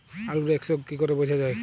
আলুর এক্সরোগ কি করে বোঝা যায়?